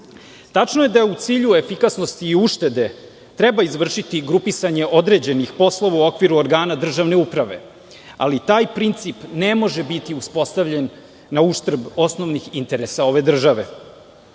je da je u cilju efikasnosti i uštede treba izvršiti grupisanje određenih poslova u okviru organa državne uprave. Ali, taj princip ne može biti uspostavljen na uštrb osnovnih interesa ove države.